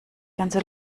ganze